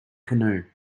canoe